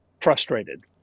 frustrated